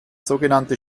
sogenannte